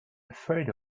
afraid